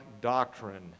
doctrine